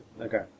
Okay